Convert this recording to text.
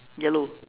yellow